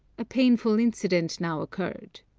a painful incident now occurred.